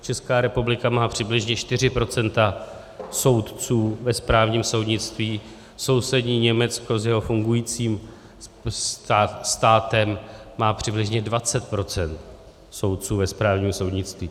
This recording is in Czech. Česká republika má přibližně 4 % soudců ve správním soudnictví, sousední Německo s jeho fungujícím státem má přibližně 20 % soudců ve správním soudnictví.